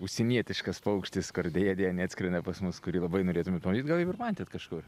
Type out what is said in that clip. užsienietiškas paukštis kur deja deja neatskrenda pas mus kurį labai norėtumėt pamatyt gal jau ir matėt kažkur